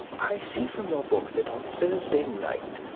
i see from your book that on thursday night,